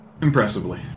Impressively